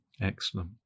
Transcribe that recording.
Excellent